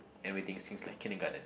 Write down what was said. everything since like kindergarten